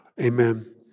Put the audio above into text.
Amen